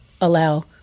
allow